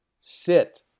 sit